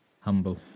Humble